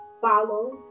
follow